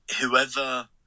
Whoever